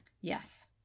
Yes